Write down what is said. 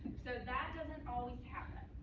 so that doesn't always happen.